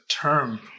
term